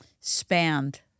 spanned